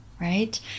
right